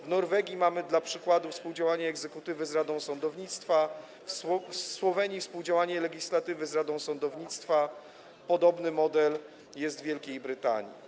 W Norwegii mamy dla przykładu współdziałanie egzekutywy z radą sądownictwa, w Słowenii współdziałanie legislatywy z radą sądownictwa, podobny model jest w Wielkiej Brytanii.